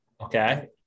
okay